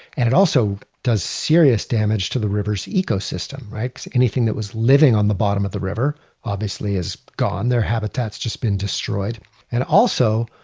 and it also does serious damage to the river's ecosystem, right, because anything that was living on the bottom of the river obviously is gone. their habitat has just been destroyed and also,